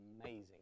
amazing